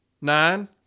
Nine